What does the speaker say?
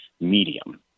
medium